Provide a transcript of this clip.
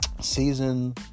season